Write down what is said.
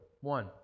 One